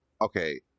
Okay